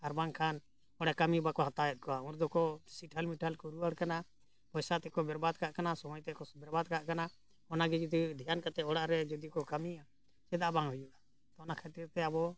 ᱵᱟᱝᱠᱷᱟᱱ ᱚᱸᱰᱮ ᱠᱟᱹᱢᱤ ᱵᱟᱠᱚ ᱦᱟᱛᱟᱣᱮᱫ ᱠᱚᱣᱟ ᱩᱱᱫᱚ ᱠᱚ ᱥᱤᱴᱷᱟᱹᱞ ᱢᱤᱴᱷᱟᱞ ᱠᱚ ᱨᱩᱣᱟᱹᱲ ᱠᱟᱱᱟ ᱯᱚᱭᱥᱟ ᱛᱮᱠᱚ ᱵᱮᱨᱵᱟᱫ ᱠᱟᱜ ᱠᱟᱱᱟ ᱥᱚᱢᱚᱭ ᱛᱮᱠᱚ ᱵᱮᱨᱵᱟᱫ ᱠᱟᱜ ᱠᱟᱱᱟ ᱚᱱᱟᱜᱮ ᱡᱩᱫᱤ ᱫᱷᱮᱭᱟᱱ ᱠᱟᱛᱮ ᱚᱲᱟᱜ ᱨᱮ ᱡᱩᱫᱤ ᱠᱚ ᱠᱟᱹᱢᱤᱭᱟ ᱪᱮᱫᱟᱜ ᱵᱟᱝ ᱦᱩᱭᱩᱜᱼᱟ ᱚᱱᱟ ᱠᱷᱟᱹᱛᱤᱨᱛᱮ ᱟᱵᱚ